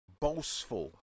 boastful